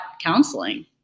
counseling